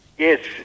Yes